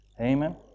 Amen